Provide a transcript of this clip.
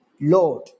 Lord